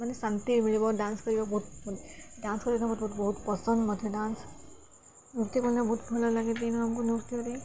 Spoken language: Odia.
ମାନେ ଶାନ୍ତି ମିଳିବ ଡାନ୍ସ କରିବା ବହୁତ ଡାନ୍ସ କରିବା ବହୁତ ପସନ୍ଦ ମତେ ଡାନ୍ସ ନୃତ୍ୟ ବହୁତ ଭଲ ଲାଗେ ତେଣୁ ଆମକୁ ନୃତ୍ୟରେ